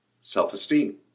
Self-esteem